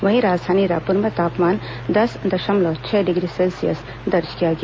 वहीं राजधानी रायपुर में तापमान दस दशमलव छह डिग्री सेल्सियस दर्ज किया गया